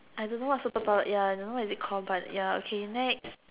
I don't know what superpower ya I don't know what is it call but ya okay next